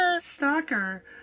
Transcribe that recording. Stalker